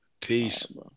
Peace